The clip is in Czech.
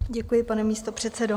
Děkuji pane místopředsedo.